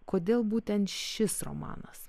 kodėl būtent šis romanas